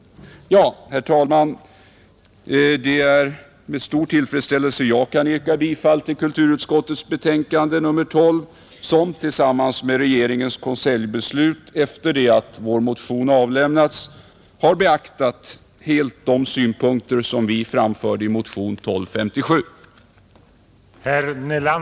Herr talman! Det är med stor tillfredsställelse jag kan yrka bifall till kulturutskottets betänkande nr 12, som tillsammans med regeringens konseljbeslut efter det att vår motion 1257 avlämnats helt har beaktat de synpunkter som vi framförde i motionen.